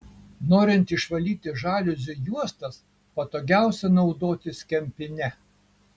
norint išvalyti žaliuzių juostas patogiausia naudotis kempine